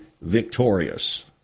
victorious